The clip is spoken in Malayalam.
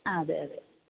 ആ അതെ അതെ